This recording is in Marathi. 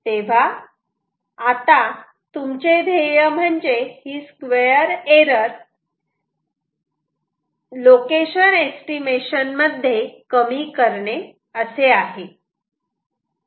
तेव्हा आता तुमचे ध्येय म्हणजे ही स्क्वेअर एरर लोकेशन एस्टिमेशन मध्ये कमी करणे असे आहे